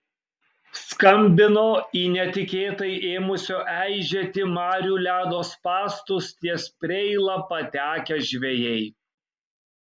skambino į netikėtai ėmusio eižėti marių ledo spąstus ties preila patekę žvejai